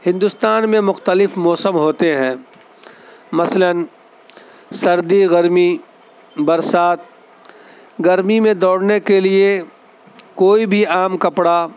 ہندوستان میں مختلف موسم ہوتے ہیں مثلاً سردی گرمی برسات گرمی میں دوڑنے کے لیے کوئی بھی عام کپڑا